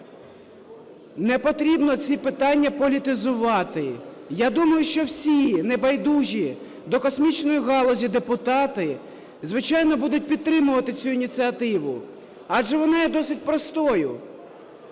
Не потрібно ці питання політизувати. Я думаю, що всі небайдужі до космічної галузі депутати, звичайно, будуть підтримувати цю ініціативу, адже вона є досить простою: